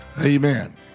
Amen